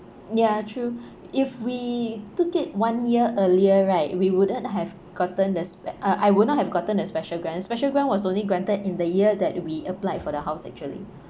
ya true if we took it one year earlier right we wouldn't have gotten the spe~ uh I would not have gotten the special grant special grant was only granted in the year that we applied for the house actually